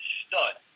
stud